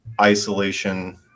isolation